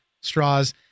straws